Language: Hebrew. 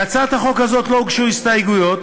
להצעת החוק הזאת לא הוגשו הסתייגויות,